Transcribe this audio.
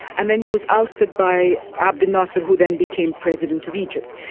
and then he was ousted by abdel nasser who then became president of egypt.